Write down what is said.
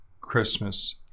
Christmas